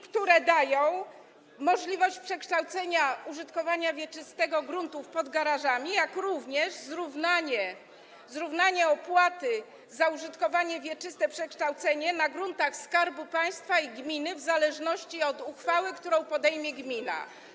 które dają możliwość przekształcenia użytkowania wieczystego gruntów pod garażami, jak również zrównania opłaty za użytkowanie wieczyste, przekształcenia na gruntach Skarbu Państwa i gminy w zależności od uchwały, którą podejmie gmina.